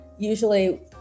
Usually